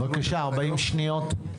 בבקשה, 40 שניות.